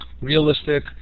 realistic